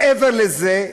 מעבר לזה,